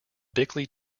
bickley